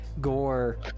Gore